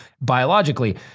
biologically